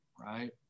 right